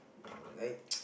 like